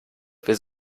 wir